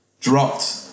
dropped